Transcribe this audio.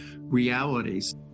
realities